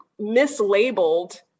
mislabeled